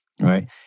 Right